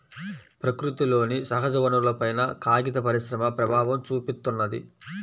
ప్రకృతిలోని సహజవనరులపైన కాగిత పరిశ్రమ ప్రభావం చూపిత్తున్నది